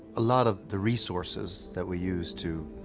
a lot of the resources that we use to,